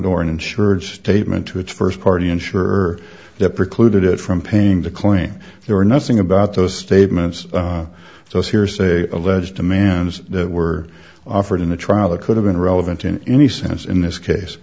or an insured statement to its first party insure that precluded it from paying the claim there are nothing about those statements so it's hearsay alleged demands that were offered in the trial that could have been relevant in any sense in this case